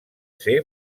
ser